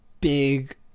big